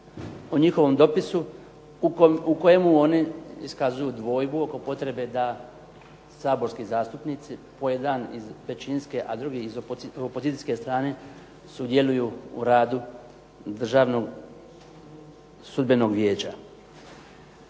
u njihovom dopisu u kojemu oni iskazuju dvojbu oko potrebe da saborski zastupnici po jedan iz većinske, a drugi iz opozicijske strane sudjeluju u radu Državnog sudbenog vijeća.